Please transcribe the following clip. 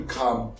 come